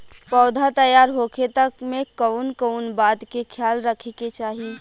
पौधा तैयार होखे तक मे कउन कउन बात के ख्याल रखे के चाही?